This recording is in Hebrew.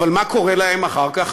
אבל מה קורה להם אחר כך,